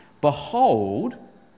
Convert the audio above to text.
Behold